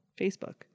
Facebook